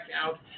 out